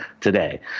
today